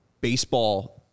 baseball